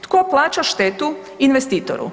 Tko plaća štetu investitoru?